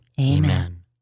Amen